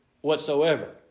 whatsoever